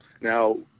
Now